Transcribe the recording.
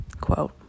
quote